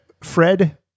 Fred